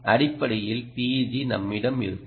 எனவே அடிப்படையில் TEG நம்மிடம் இருக்கும்